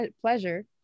pleasure